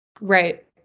Right